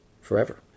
forever